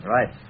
Right